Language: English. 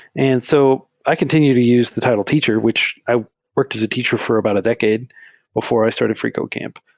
and so i continue to use the title teacher, which i worked as a teacher for about a decade before i started freecodecamp.